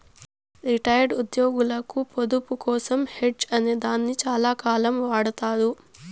retired ఉద్యోగులకు పొదుపు కోసం హెడ్జ్ అనే దాన్ని చాలాకాలం వాడతారు